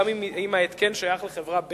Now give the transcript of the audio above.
גם אם ההתקן שייך לחברה ב',